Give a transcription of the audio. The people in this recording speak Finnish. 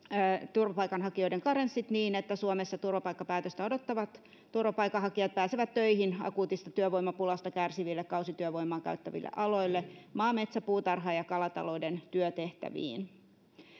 turvapaikanhakijoiden karenssit niin että suomessa turvapaikkapäätöstä odottavat turvapaikanhakijat pääsevät töihin akuutista työvoimapulasta kärsiville kausityövoimaa käyttäville aloille maa metsä puutarha ja ja kalatalouden työtehtäviin